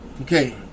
okay